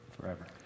Forever